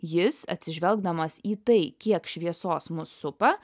jis atsižvelgdamas į tai kiek šviesos mus supa